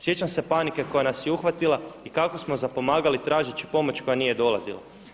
Sjećam se panike koja nas je uhvatila i kako smo zapomagali tražeći pomoć koja nije dolazila.